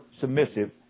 submissive